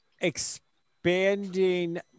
expanding